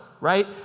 right